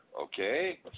Okay